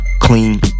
clean